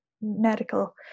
medical